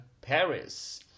Paris